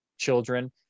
children